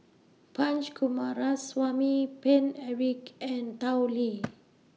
Punch Coomaraswamy Paine Eric and Tao Li